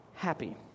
happy